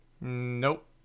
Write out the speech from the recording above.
Nope